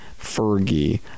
fergie